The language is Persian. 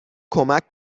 کمک